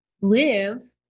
live